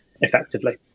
effectively